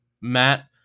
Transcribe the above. matt